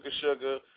sugar